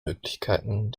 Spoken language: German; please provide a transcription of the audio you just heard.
möglichkeiten